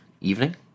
evening